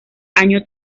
año